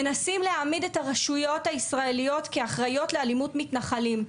מנסים להעמיד את הרשויות הישראליות כאחראיות לאלימות מתנחלים,